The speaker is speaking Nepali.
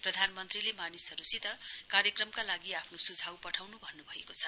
प्रधानमन्त्रीले मानिसहरुसित कार्यक्रमका लागि आफ्नो सुझाउ पठाउनु भन्नुभएको छ